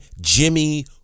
Jimmy